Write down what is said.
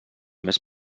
més